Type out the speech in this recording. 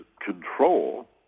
control